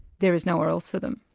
there is nowhere else for them.